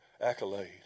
accolade